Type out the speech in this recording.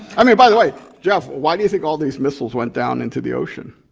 i mean by the way jeff, why do you think all these missiles went down into the ocean?